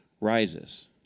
rises